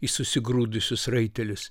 į susigrūdusius raitelius